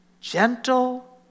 gentle